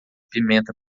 pimenta